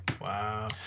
Wow